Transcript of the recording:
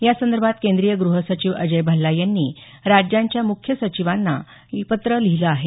यासंदर्भात केंद्रीय गृह सचिव अजय भल्ला यांनी राज्यांच्या मुख्य सचिवांना यासंदर्भात पत्र लिहिलं आहे